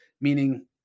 meaning –